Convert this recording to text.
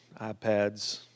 iPads